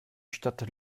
stadt